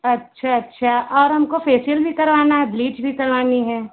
अच्छा अच्छा और हमको फेसियल भी करवाना है ब्लीच भी करवानी है